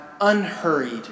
unhurried